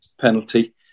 penalty